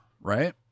Right